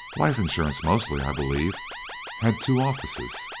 life insurance mostly, i believe had two offices,